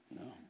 No